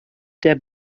der